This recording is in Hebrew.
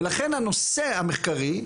ולכן הנושא המחקרי,